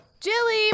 Jilly